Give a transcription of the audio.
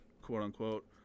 quote-unquote